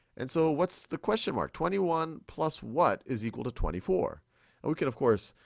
and so what's the question mark? twenty one plus what is equal to twenty four? and we could, of course,